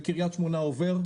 בקרית שמונה עובר,